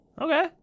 Okay